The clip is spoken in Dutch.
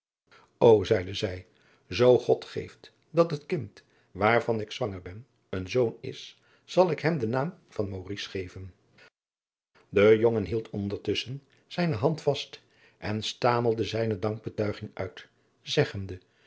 zeide zij zoo god geeft dat het kind waarvan ik zwanger ben een zoon is zal ik hem den naam van maurice geven de jongen hield ondertusschen zijne hand vast en stamelde zijne dankbetuiging uit zeggende